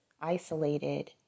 isolated